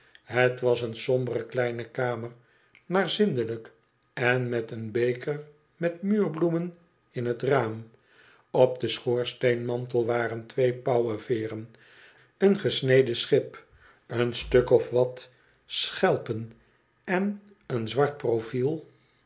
het was een sombere kleine kamer maar zindelijk en met een beker met muurbloemen in t raam op den schoorsteenmantel waren twee pauwenveeren een gesneden schip een stuk of wat schelpen en eenzwart profiel